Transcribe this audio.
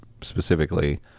specifically